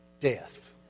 death